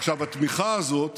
(מחיאות כפיים) התמיכה הזאת